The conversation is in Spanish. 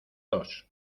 dos